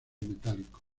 metálicos